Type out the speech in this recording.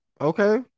Okay